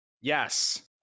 Yes